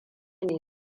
ne